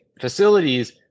facilities